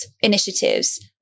initiatives